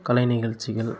கலை நிகழ்ச்சிகள்